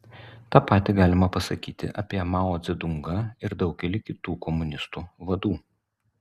tą patį galima pasakyti apie mao dzedungą ir daugelį kitų komunistų vadų